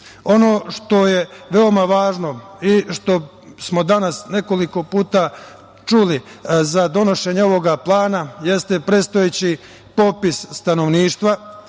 što je veoma važno i što smo danas nekoliko puta čuli za donošenje ovog plana, jeste prestojeći popis stanovništva,